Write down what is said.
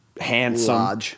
handsome